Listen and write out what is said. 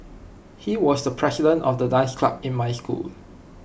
he was the president of the dance club in my school